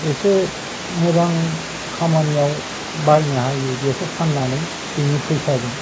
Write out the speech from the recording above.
एसे मोजां खामानियाव बायनो हायो बेखौ फान्नानै बिनि फैसाजों